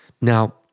Now